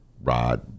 Rod